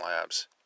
labs